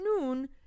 noon